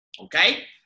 okay